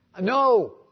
No